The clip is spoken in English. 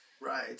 right